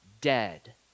dead